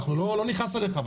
אנחנו לא נכעס עליך.